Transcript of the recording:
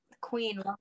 Queen